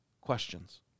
questions